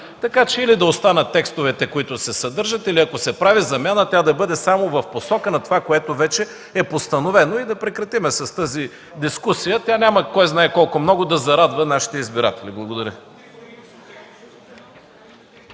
нещата – или да останат текстовете, които се съдържат, или ако се прави замяна, да бъде само в посока на това, което вече е постановено, и да прекратим с тази дискусия. Тя няма кой знае колко много да зарадва нашите избиратели. Благодаря.